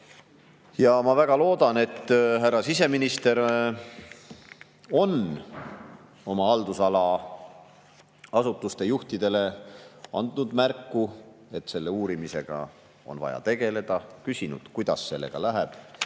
Ma väga loodan, et härra siseminister on oma haldusala asutuste juhtidele andnud märku, et selle uurimisega on vaja tegeleda, küsinud, kuidas sellega läheb,